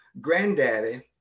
granddaddy